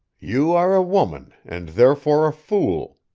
you are a woman, and therefore a fool,